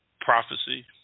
prophecy